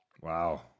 Wow